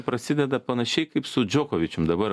prasideda panašiai kaip su džokovičium dabar